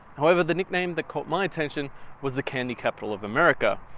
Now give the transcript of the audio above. however, the nickname that caught my attention was the candy capital of america.